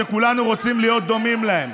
שכולנו רוצים להיות דומים להן,